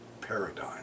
paradigm